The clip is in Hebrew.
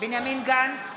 בנימין גנץ,